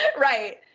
Right